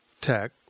Tech